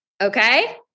Okay